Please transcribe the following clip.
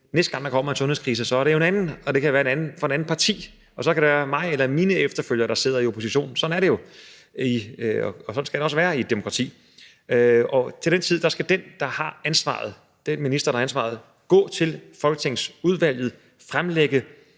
næste gang, der kommer en sundhedskrise, er det jo en anden, og det kan være en fra et andet parti, og så kan det være mig eller mine efterfølgere, der sidder i opposition, sådan er det jo, og sådan skal det også være i et demokrati. Til den tid skal den minister, der har ansvaret, gå til folketingsudvalget og fremlægge